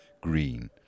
green